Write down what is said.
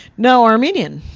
no armenian.